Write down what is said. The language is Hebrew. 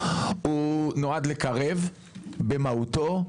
הוא נועד לקרב במהותו.